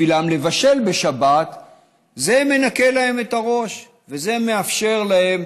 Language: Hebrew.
לבשל בשבת זה מנקה להם את הראש וזה מאפשר להם